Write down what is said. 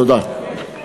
תודה.